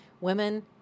women